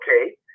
okay